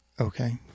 Okay